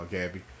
Gabby